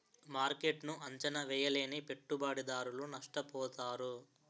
మార్కెట్ను అంచనా వేయలేని పెట్టుబడిదారులు నష్టపోతారు